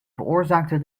veroorzaakte